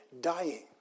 dying